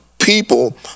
people